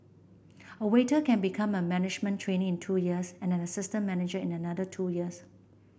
a waiter can become a management trainee in two years and an assistant manager in another two years